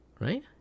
Right